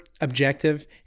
objective